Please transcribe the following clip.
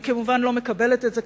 אני לא מקבלת את זה,